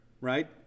right